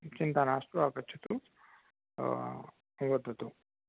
चिन्ता नास्तु आगच्छतु वदतु